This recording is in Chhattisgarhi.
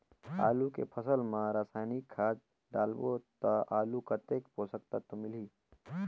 आलू के फसल मा रसायनिक खाद डालबो ता आलू कतेक पोषक तत्व मिलही?